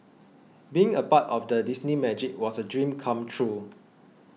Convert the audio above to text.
being a part of the Disney Magic was a dream come true